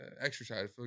exercise